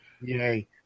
Yay